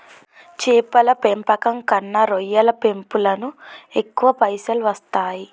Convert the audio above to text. చేపల పెంపకం కన్నా రొయ్యల పెంపులను ఎక్కువ పైసలు వస్తాయి